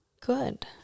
Good